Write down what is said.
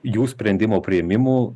jų sprendimo priėmimų